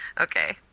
Okay